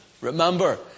Remember